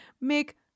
make